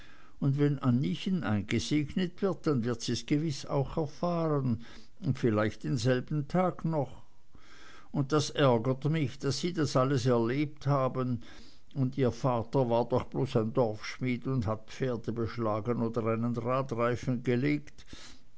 und wenn anniechen eingesegnet wird dann wird sie's auch gewiß erfahren und vielleicht denselben tag noch und das ärgert mich daß sie das alles erlebt haben und ihr vater war doch bloß ein dorfschmied und hat pferde beschlagen oder einen radreifen belegt